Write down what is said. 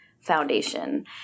Foundation